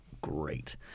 Great